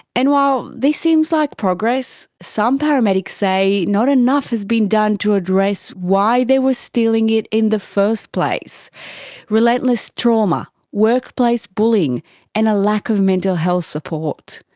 and while this seems like progress, some paramedics say not enough has been done to address why they were stealing it in the first place relentless trauma, workplace bullying and a lack of mental health support.